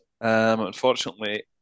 unfortunately